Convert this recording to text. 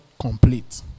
complete